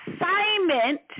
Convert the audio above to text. assignment